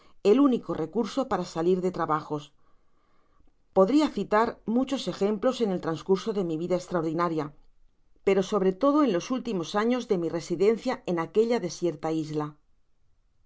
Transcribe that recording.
el único recurso para salir de trabajos podria citar muchos ejemplos en el trascurso de mi vida eslraordinaria pero sobre todo en los últimos años de mi residencia en aquella desierta isla